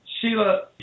Sheila